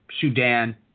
Sudan